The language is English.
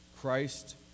Christ